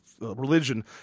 religion